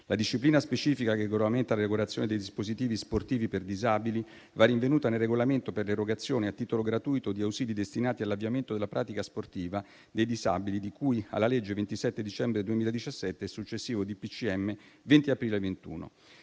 La disciplina specifica che regolamenta l'erogazione dei dispositivi sportivi per disabili va rinvenuta nel regolamento per l'erogazione a titolo gratuito di ausili destinati all'avviamento alla pratica sportiva dei disabili di cui alla legge 27 dicembre 2017 e successivo decreto